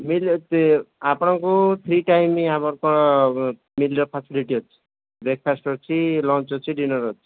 mill ଅଛି ଆପଣଙ୍କୁ three time ଆମର କ'ଣ ମିଲର ଫ୍ୟାସିଲିଟି ଅଛି ବ୍ରେକ୍ଫାଷ୍ଟ ଅଛି ଲଞ୍ଚ ଅଛି ଡିନର୍ ଅଛି